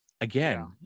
Again